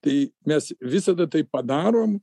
tai mes visada tai padarom